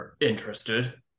interested